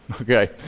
Okay